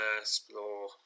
Explore